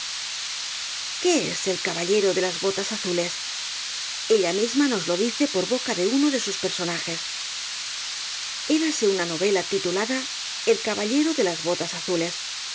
qué es el caballero de las botas azules ella misma nos lo dice por boca de uno de sus personajes érase una novela titulada el caballero de las botas azides